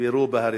נקברו בהריסות.